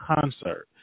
concert